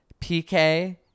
PK